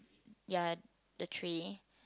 ya the tree